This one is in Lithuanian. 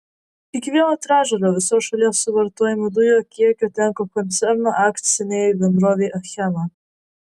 iki vieno trečdalio viso šalies suvartojamų dujų kiekio tenka koncerno akcinei bendrovei achema